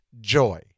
joy